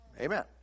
Amen